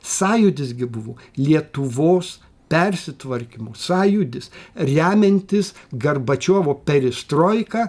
sąjūdis gi buvo lietuvos persitvarkymo sąjūdis remiantis garbačiovo peristroiką